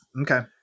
Okay